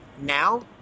Now